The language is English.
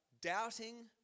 doubting